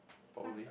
probably